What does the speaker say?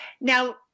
Now